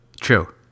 True